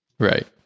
Right